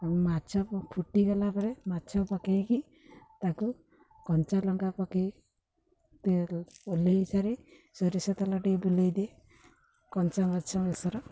ମାଛ ଫୁଟିଗଲା ପରେ ମାଛ ପକାଇକି ତାକୁ କଞ୍ଚା ଲଙ୍କା ପକାଇଲ ଓହ୍ଲାଇ ସାରି ସୋରିଷ ତେଲ ଟିକ ବୁଲାଇ ଦିଏ କଞ୍ଚା ମାଛ ବେସର